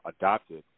adopted